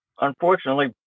unfortunately